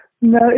No